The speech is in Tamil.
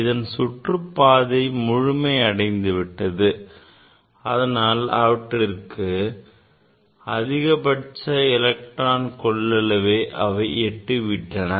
அதன் சுற்றுப் பாதை முழுமை அடைந்துவிட்டது அதாவது அவற்றின் அதிகபட்ச எலக்ட்ரான் கொள்ளளவை அவை எட்டிவிட்டன